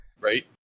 Right